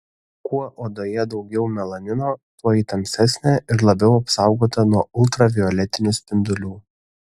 kuo odoje daugiau melanino tuo ji tamsesnė ir labiau apsaugota nuo ultravioletinių spindulių